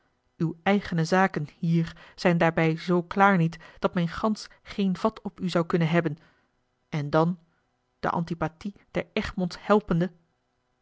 uwe eigene zaken hier zijn daarbij z klaar niet dat men gansch geen vat op u zou kunnen hebben en dan de antipathie der egmonds helpende